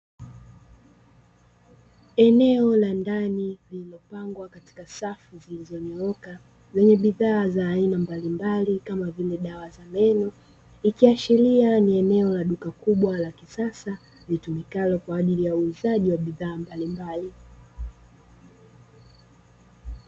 Eneo la ndani lililopangwa katika safu zilizonyooka, lenye bidhaa za aina mbalimbali kama vile dawa za meno. Ikiashiria ni eneo la duka kubwa la kisasa litumikalo kwa ajili ya uuzaji wa bidhaa mbalimbali.